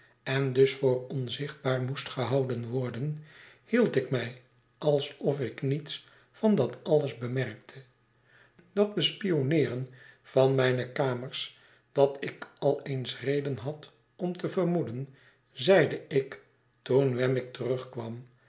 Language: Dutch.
en dus voor onzichtbaar moest gehouden worden hield ik mij alsof ik niets van dat alles bemerkte datbespionneeren van mijne kamers dat ikal eens reden had om te vermoeden zeide ik toen wemmick terugkwam